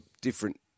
different